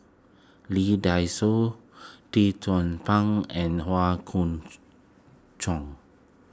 Lee Dai Soh Lee Tzu Pheng and Howe Chong